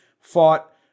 fought